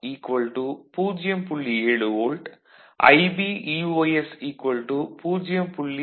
7 volt IB 0